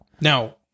Now